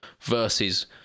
versus